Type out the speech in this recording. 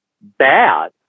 bad